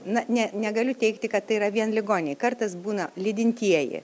na ne negaliu teigti kad tai yra vien ligoniai kartais būna lydintieji